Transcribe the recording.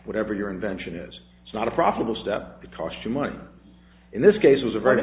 whatever your invention is it's not a profitable step to cost you money in this case was a very